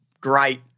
great